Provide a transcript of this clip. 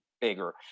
bigger